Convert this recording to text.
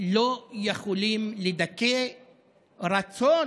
לא יכולים לדכא רצון